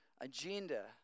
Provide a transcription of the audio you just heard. agenda